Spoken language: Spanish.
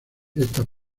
estas